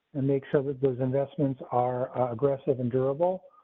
and make sure that those investments are aggressive and durable.